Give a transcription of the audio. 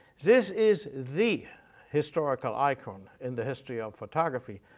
this is the historical icon in the history of photography,